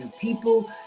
people